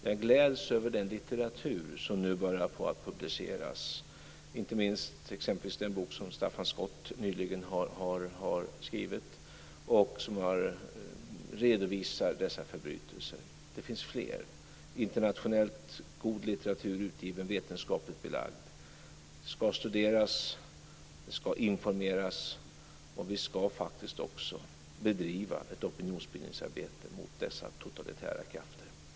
Jag gläds över den litteratur som nu börjar publiceras, inte minst t.ex. den bok som Staffan Skott nyligen har skrivit och som redovisar dessa förbrytelser. Det finns fler - internationellt god litteratur, vetenskapligt belagd. Det ska studeras, det ska informeras och vi ska faktiskt också bedriva ett opinionsbildningsarbete mot dessa totalitära krafter.